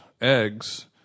eggs